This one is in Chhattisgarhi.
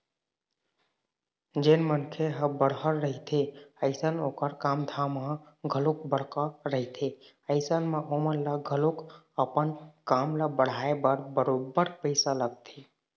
जेन मनखे ह बड़हर रहिथे अइसन ओखर काम धाम ह घलोक बड़का रहिथे अइसन म ओमन ल घलोक अपन काम ल बढ़ाय बर बरोबर पइसा लगथे